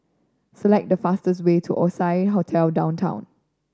select the fastest way to Oasia Hotel Downtown